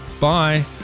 bye